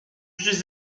suis